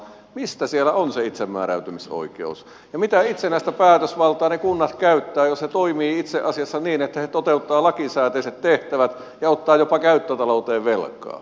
mistä siellä on se itsemääräämisoikeus ja mitä itsenäistä päätösvaltaa ne kunnat käyttävät jos ne toimivat itse asiassa niin että ne toteuttavat lakisääteiset tehtävät ja ottavat jopa käyttötalouteen velkaa